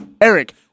Eric